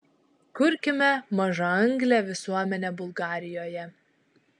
kurkime mažaanglę visuomenę bulgarijoje